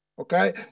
Okay